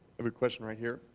have a question right here.